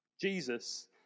Jesus